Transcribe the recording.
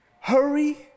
Hurry